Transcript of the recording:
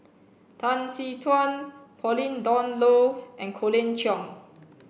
Tan Tee Suan Pauline Dawn Loh and Colin Cheong